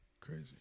Crazy